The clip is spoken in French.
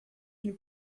une